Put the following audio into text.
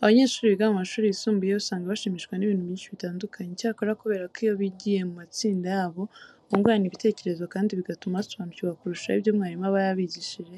Abanyeshuri biga mu mashuri yisumbuye usanga bashimishwa n'ibintu byinshi bitandukanye. Icyakora kubera ko iyo bigiye mu matsinda yabo bungurana ibitekerezo kandi bigatuma basobanukirwa kurushaho ibyo mwarimu aba yabigishije,